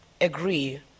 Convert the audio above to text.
agree